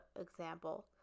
example